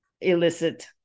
illicit